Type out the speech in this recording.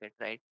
right